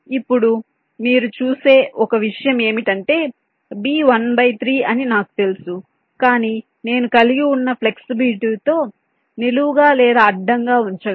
ఇప్పుడు మీరు చూసే ఒక విషయం ఏమిటంటే B 1 బై 3 అని నాకు తెలుసు కాని నేను కలిగి ఉన్న ఫ్లెక్సిబిలిటీ తో నిలువుగా లేదా అడ్డంగా ఉంచగలను